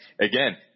again